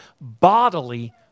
bodily